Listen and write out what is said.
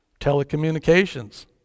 Telecommunications